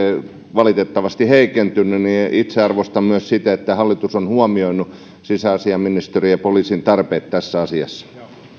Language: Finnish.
valitettavasti heikentynyt niin itse arvostan myös sitä että hallitus on huomioinut sisäasiainministeriön ja poliisin tarpeet tässä asiassa